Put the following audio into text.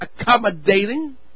accommodating